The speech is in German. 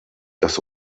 dass